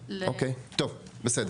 אוקיי, בסדר.